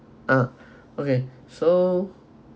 ah okay so